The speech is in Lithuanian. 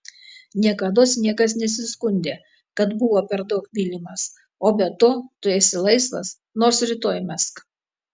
niekados niekas nesiskundė kad buvo per daug mylimas o be to tu esi laisvas nors rytoj mesk